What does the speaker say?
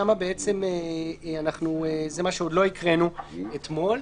זה מה שעוד לא קראנו אתמול.